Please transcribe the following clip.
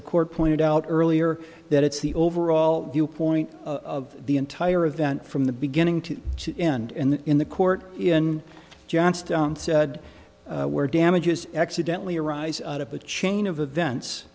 the court pointed out earlier that it's the overall point of the entire event from the beginning to end in the court in johnstone said where damages accidentally arise out of a chain of events